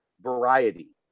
variety